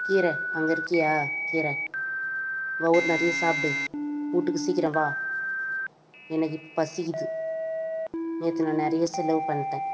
கீரை அங்கே இருக்கியா கீரை வயிறு நிறைய சாப்பிடு வீட்டுக்கு சீக்கிரம் வா எனக்கு பசிக்குது நேற்று நான் நிறைய செலவு பண்ணிட்டேன்